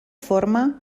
forma